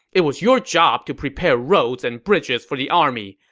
it was your job to prepare roads and bridges for the army.